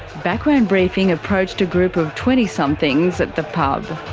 background briefing approached a group of twenty somethings at the pub.